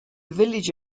village